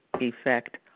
effect